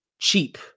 cheap